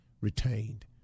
retained